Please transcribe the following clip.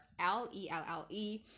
l-e-l-l-e